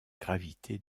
gravité